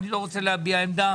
אבל אני לא רוצה להביע עמדה